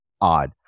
odd